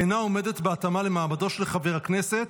אינה עומדת בהתאמה למעמדו של חבר הכנסת,